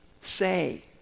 say